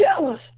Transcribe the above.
jealous